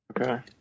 Okay